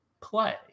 play